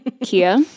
Kia